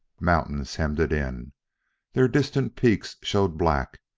mountains hemmed it in their distant peaks showed black,